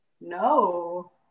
No